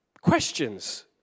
questions